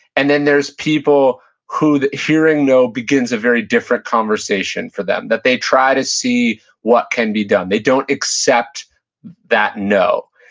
and then there's people who hearing no begins a very different conversation for them, that they try to see what can be done. they don't accept that no.